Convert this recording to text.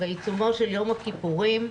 בעיצומו של יום הכיפורים,